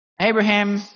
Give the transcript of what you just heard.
Abraham